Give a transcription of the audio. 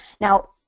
Now